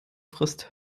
frisst